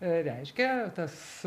reiškia tas